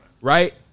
right